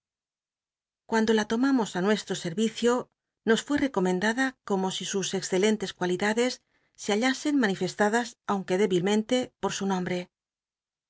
cuando la lomamos ü nuestro sei icio nos fué recomendada como si sus excelentes cualidades se hallasen man ifestadas aunque débilmcll'te poi u nombre